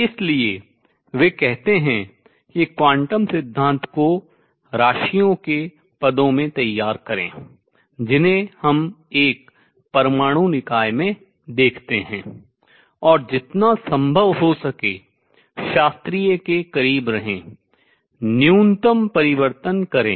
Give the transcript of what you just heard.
इसलिए वे कहते हैं कि क्वांटम सिद्धांत को राशियों के terms पदों में तैयार करें जिन्हें हम एक परमाणु निकाय में देखते हैं और जितना संभव हो सके शास्त्रीय के करीब रहें न्यूनतम परिवर्तन करें